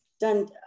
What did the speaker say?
done